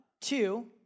Two